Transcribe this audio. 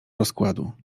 rozkładu